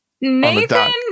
Nathan